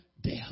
death